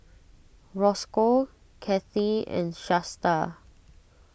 Roscoe Cathie and Shasta